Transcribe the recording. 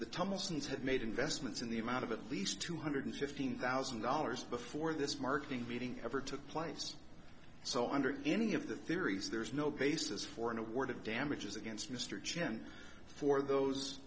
thomases had made investments in the amount of at least two hundred fifteen thousand dollars before this marketing meeting ever took place so under any of the theories there is no basis for an award of damages against mr chen for those